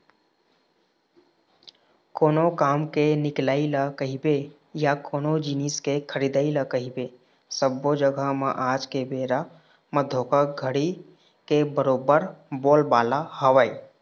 कोनो काम के निकलई ल कहिबे या कोनो जिनिस के खरीदई ल कहिबे सब्बो जघा म आज के बेरा म धोखाघड़ी के बरोबर बोलबाला हवय